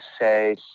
say